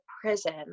prison